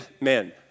men